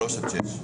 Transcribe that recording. גילי שלוש עד שש.